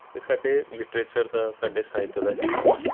ਇਹ ਸਾਡੇ ਲਿਟਰੇਚਰ ਦਾ ਸਾਡੇ ਸਾਹਿਤ ਦਾ ਹਿੱਸਾ ਨੇ